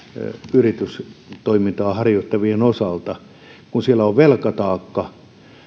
yritystoimintaa harjoittavien osalta siellä on velkataakka